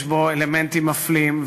יש בו אלמנטים מפלים,